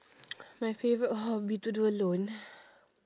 my favorite hobby to do alone